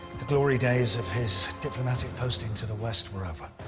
the glory days of his diplomatic posting to the west were over.